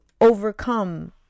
overcome